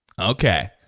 Okay